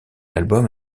album